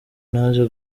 naje